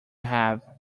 have